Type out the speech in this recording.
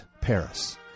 Paris